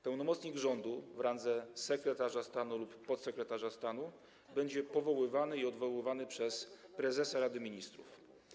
Pełnomocnik rządu, w randze sekretarza stanu lub podsekretarza stanu, będzie powoływany i odwoływany przez prezesa Rady Ministrów.